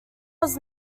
was